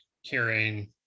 hearing